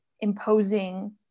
imposing